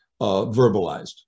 verbalized